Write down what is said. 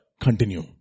continue